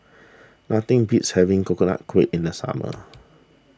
nothing beats having Coconut Kuih in the summer